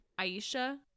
Aisha